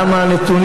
על מה הנתונים?